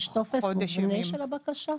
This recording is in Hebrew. יש טופס מובנה של הבקשה?